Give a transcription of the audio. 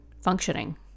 functioning